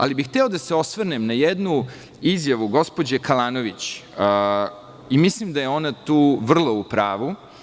Ali bih hteo da se osvrnem na jednu izjavu gospođe Kalanović i mislim da je ona tu vrlo u pravu.